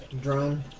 drone